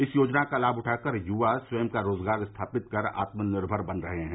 इस योजना का लाभ उठा कर युवा स्वयं का रोजगार स्थापित कर आत्मनिर्भर बन रहे हैं